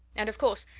and, of course,